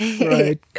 right